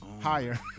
Higher